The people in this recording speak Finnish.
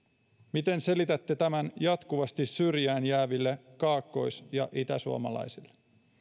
miten selitätte tämän jatkuvasti syrjään jääville kaakkois ja itäsuomalaisille